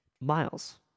Miles